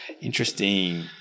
Interesting